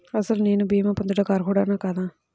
అసలు నేను భీమా పొందుటకు అర్హుడన కాదా?